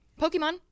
Pokemon